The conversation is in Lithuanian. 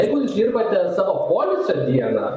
jeigu jūs dirbate savo poilsio dieną